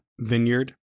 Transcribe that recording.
Vineyard